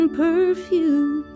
perfume